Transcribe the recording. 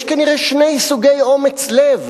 יש כנראה שני סוגי אומץ-לב,